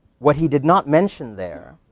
what he did not mention there,